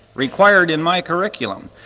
required in my curriculum.